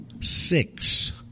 Six